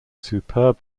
superb